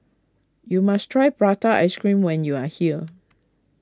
you must try Prata Ice Cream when you are here